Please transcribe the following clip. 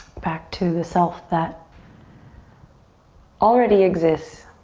back to the self that already exists.